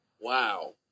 Wow